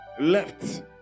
left